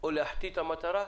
או להחטיא את המטרה,